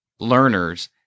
learners